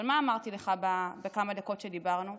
אבל מה אמרתי לך בכמה דקות שדיברנו?